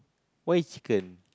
why is chicken